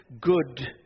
good